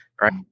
right